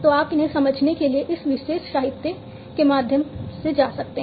तो आप इन्हें समझने के लिए इस विशेष साहित्य के माध्यम से जा सकते हैं